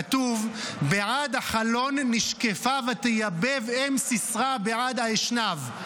כתוב: "בעד החלון נשקפה ותיבב אם סיסרא בעד האשנב".